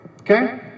okay